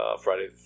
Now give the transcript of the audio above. friday